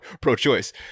pro-choice